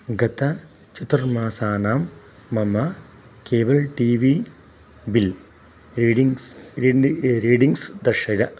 गत चतुर्मासानां मम cable T V bill readings रीडि रीडिङ्ग्स् दर्शय